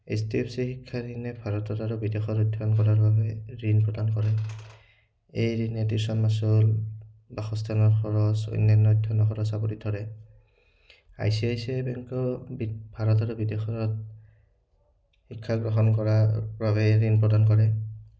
H D F C শিক্ষা ঋণে ভাৰতত আৰু বিদেশত অধ্যয়ন কৰাৰ বাবে ঋণ প্ৰদান কৰে এই ঋণে টিউশ্যন মাচুল বাসস্থানৰ খৰচ অন্যান্য অধ্যয়নৰ খৰচ আৱৰি ধৰে I C I C I বেংকেও ভাৰত আৰু বিদেশত শিক্ষা গ্ৰহণ কৰাৰ বাবে ঋণ প্ৰদান কৰে